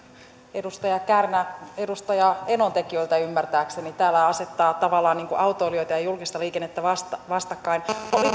edustaja kärnä edustaja enontekiöltä ymmärtääkseni täällä asettaa tavallaan autoilijoita ja julkista liikennettä vastakkain vastakkain